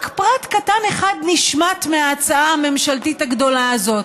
רק פרט קטן אחד נשמט מההצעה הממשלתית הגדולה הזאת.